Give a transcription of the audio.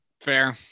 Fair